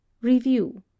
Review